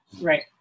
right